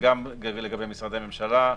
וגם לגבי משרדי ממשלה,